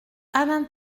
alain